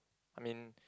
I mean